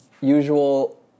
usual